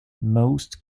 most